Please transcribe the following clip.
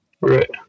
Right